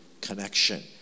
connection